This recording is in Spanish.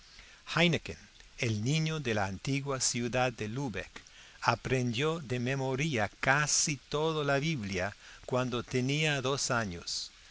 niño de la antigua ciudad de lubeck aprendió de memoria casi toda la biblia cuando tenía dos años